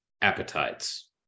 appetites